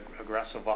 aggressive